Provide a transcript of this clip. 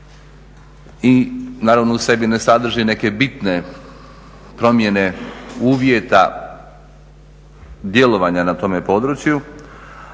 i naravno u sebi ne sadrži neke bitne promjene uvjeta djelovanja na tome području.